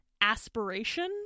aspiration